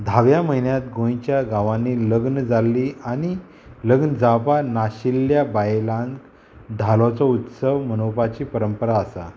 धाव्या म्हयन्यांत गोंयच्या गांवांनी लग्न जाल्लीं आनी लग्न जावपा नाशिल्ल्या बायलांक धालोचो उत्सव मनोवपाची परंपरा आसा